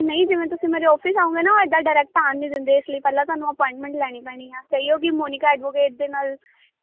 ਨਹੀਂ ਜਿਵੇਂ ਤੁਸੀਂ ਮੇਰੇ ਆਫਿਸ ਆਉਗੇ ਨਾ ਇੱਦਾਂ ਡਾਇਰੈਕਟ ਆਣਉ ਨਹੀਂ ਦਿੰਦੇ ਇਸ ਲਈ ਪਹਿਲਾਂ ਤੁਹਾਨੂੰ ਅਪੋਇੰਟਮੈਂਟ ਲੈਣੀ ਪੈਣੀ ਆ ਕਹਿਓ ਕਿ ਮੋਨਿਕਾ ਐਡਵੋਕੇਟ ਦੇ ਨਾਲ